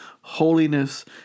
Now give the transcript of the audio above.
Holiness